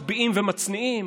איזן עבודת מטה מחביאים ומצניעים,